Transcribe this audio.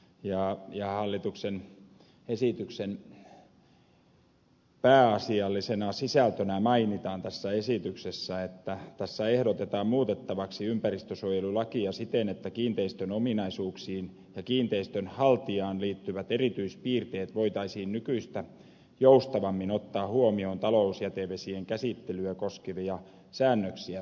hallituksen esityksen pääasiallisena sisältönä mainitaan tässä esityksessä että tässä ehdotetaan muutettavaksi ympäristönsuojelulakia siten että kiinteistön ominaisuuksiin ja kiinteistön haltijaan liittyvät erityispiirteet voitaisiin nykyistä joustavammin ottaa huomioon talousjätevesien käsittelyä koskevia säännöksiä sovellettaessa